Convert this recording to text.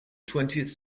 twentieth